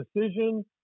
decision